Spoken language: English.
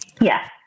Yes